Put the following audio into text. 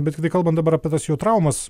bet tai kai kalbant dabar apie tas jo traumas